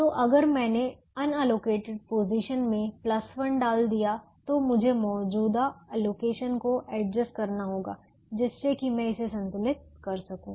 तो अगर मैंने अनएलोकेटेड पोजीशन में 1 डाल दिया तो मुझे मौजूदा अलोकेशन को एडजस्ट करना होगा जिससे कि मैं इसे संतुलित कर सकूं